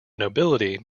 nobility